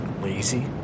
Lazy